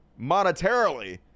monetarily